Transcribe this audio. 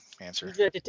answer